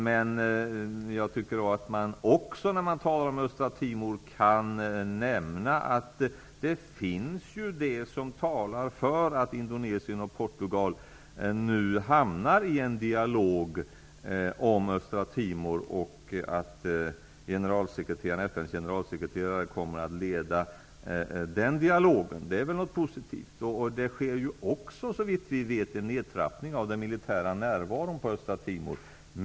Men när man talar om Östra Timor bör man också nämna att det finns det som talar för att Indonesien och Portugal kommer i dialog om Östra Timor och att FN:s generalsekreterare kommer att leda den dialogen. Det är väl något positivt? Såvitt vi vet sker också en nedtrappning av den militära närvaron på Östra Timor.